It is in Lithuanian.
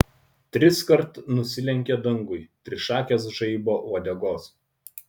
triskart nusilenkė dangui trišakės žaibo uodegos